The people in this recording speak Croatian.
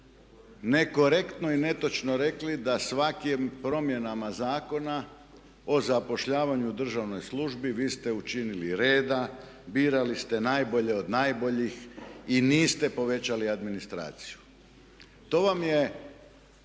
nekorektno i netočno rekli da svakim promjenama zakona o zapošljavanju u državnoj službi vi ste učinili reda, birali ste najbolje od najboljih i niste povećali administraciju. To vam je